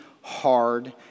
hard